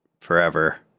forever